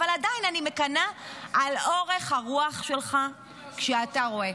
אבל עדיין אני מקנאה על אורך הרוח שלך כשאתה רואה